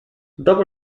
dopo